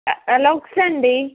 Elkos అండి